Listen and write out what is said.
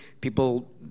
people